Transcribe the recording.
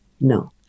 No